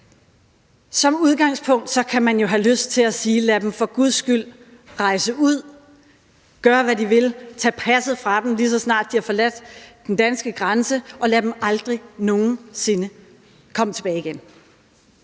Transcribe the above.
Som udgangspunkt kan man jo have lyst til at sige: Lad dem dog for guds skyld rejse ud og gøre hvad de vil, og lad os tage passet fra dem, lige så snart de har forladt den danske grænse, og lad dem aldrig nogen sinde komme tilbage igen.